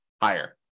higher